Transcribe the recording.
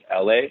LA